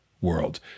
world